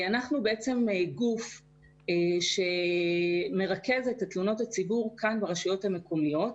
אנחנו גוף שמרכז את תלונות הציבור ברשויות המקומיות.